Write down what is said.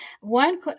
one